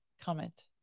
Comment